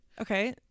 Okay